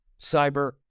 cyber